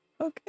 Okay